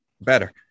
better